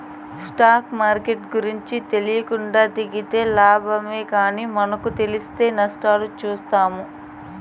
stock మార్కెట్ల గూర్చి తెలీకుండా దిగితే లాబాలేమో గానీ మనకు తెలిసి నష్టాలు చూత్తాము